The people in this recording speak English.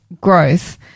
growth